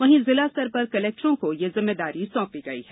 वहीं जिला स्तर पर कलेक्टरों को जिम्मेदारी सौंपी गई है